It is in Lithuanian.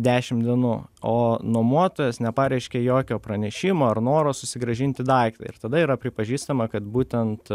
dešimt dienų o nuomotojas nepareiškė jokio pranešimo ar noro susigrąžinti daiktą ir tada yra pripažįstama kad būtent